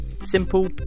Simple